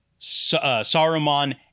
Saruman